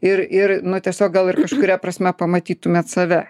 ir ir na tiesiog gal ir kažkuria prasme pamatytumėt save